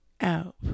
Out